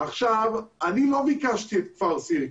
אני לא ביקשתי את כפר סירקין.